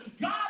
God